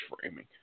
framing